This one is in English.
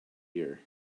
ear